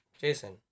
Jason